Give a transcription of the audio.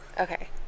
okay